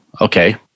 Okay